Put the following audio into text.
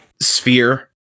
sphere